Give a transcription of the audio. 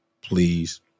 please